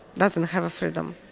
doesn't have a freedom.